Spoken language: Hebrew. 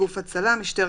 גוף הצלה הפועל במסגרת